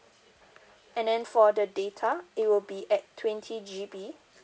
and then for the data it will be at twenty G_B